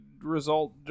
result